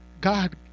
God